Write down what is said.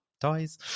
toys